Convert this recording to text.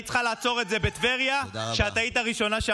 היית צריכה לעצור את זה בטבריה, שהיית הראשונה,